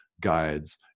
guides